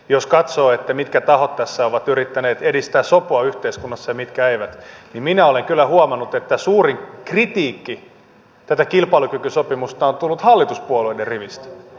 jos katsoo mitkä tahot tässä ovat yrittäneet edistää sopua yhteiskunnassa ja mitkä eivät niin minä olen kyllä huomannut että suurin kritiikki tätä kilpailukykysopimusta kohtaan on tullut hallituspuolueiden rivistä